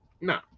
No